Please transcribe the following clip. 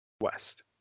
West